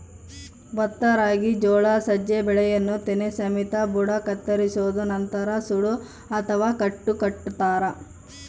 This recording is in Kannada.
ಭತ್ತ ರಾಗಿ ಜೋಳ ಸಜ್ಜೆ ಬೆಳೆಯನ್ನು ತೆನೆ ಸಮೇತ ಬುಡ ಕತ್ತರಿಸೋದು ನಂತರ ಸೂಡು ಅಥವಾ ಕಟ್ಟು ಕಟ್ಟುತಾರ